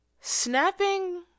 snapping